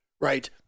Right